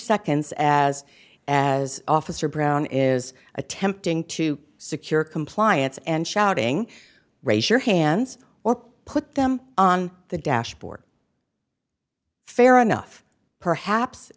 seconds as as officer brown is attempting to secure compliance and shouting raise your hands what put them on the dashboard fair enough perhaps